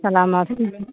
खासा लामाथ' गैला